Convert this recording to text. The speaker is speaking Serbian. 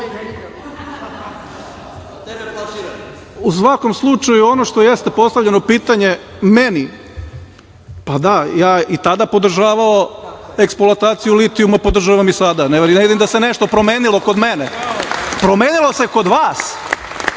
svakom slučaju, ono što jeste postavljeno pitanje meni – pa da, ja sam i tada podržavao eksploataciju litijuma, podržavam i sada. Ne vidim da se nešto promenilo kod mene. Promenilo se kod vas.